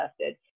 tested